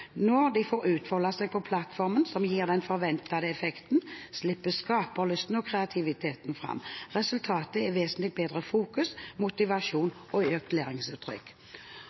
Når de får utfolde seg på plattformer som gir den forventede effekten, slippes skaperlysten og kreativiteten fram. Resultatet er vesentlig bedre fokus, motivasjon og et økt